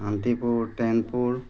Shantipur Tenpur